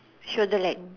shoulder length